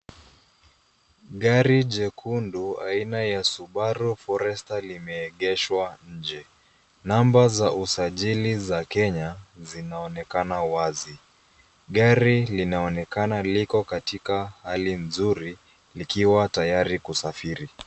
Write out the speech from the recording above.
Gari jekundu aina ya [cs ] subaru forester[cs ] limeegeshwa nje. Namba za Usajili za kenya zinaonekana wazi. Gari linaonekana liko katika hali nzuri likiwa tayari kusafiri.